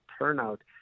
turnout